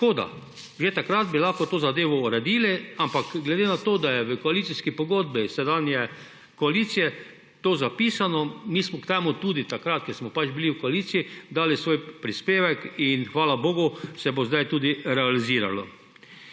Škoda. Že takrat bi lahko to zadevo uredili, ampak ker je v koalicijski pogodbi sedanje koalicije to zapisano, mi smo k temu tudi takrat, ker smo pač bili v koaliciji, dali svoj prispevek in, hvala bogu, se bo sedaj tudi realiziralo.